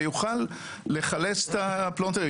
ויוכל לחלץ הפלונטרים.